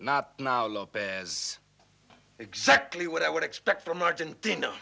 not now lopez exactly what i would expect from argentina